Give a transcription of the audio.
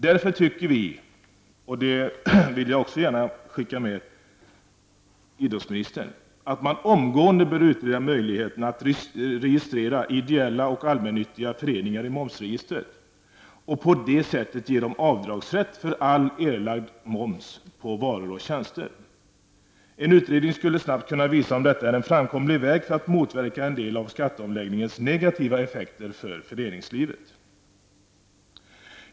Därför anser vi, vilket jag gärna vill skicka med idrottsministern, att man omgående bör utreda möjligheten att registrera ideella och allmännyttiga föreningar i momsregistret och därmed ge dem avdragsrätt för all erlagd moms på varor och tjänster. En utredning skullle snabbt kunna visa om detta är en framkomlig väg för att motverka en del av skatteomläggningens negativa effekter för föreningslivet.